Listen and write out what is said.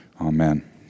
Amen